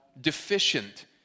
deficient